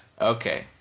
Okay